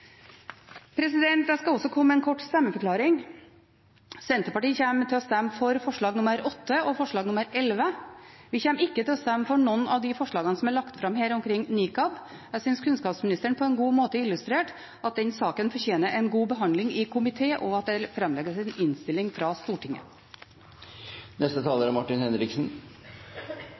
skal også komme med en kort stemmeforklaring. Senterpartiet kommer til å stemme for forslagene nr. 8 og 11. Vi kommer ikke til å stemme for noen av de forslagene som er lagt fram om nikab. Jeg synes kunnskapsministeren på en god måte illustrerte at den saken fortjener en god behandling i komité, og at det framlegges en innstilling for Stortinget. I trontalen sa Kongen: «Det er